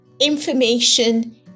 information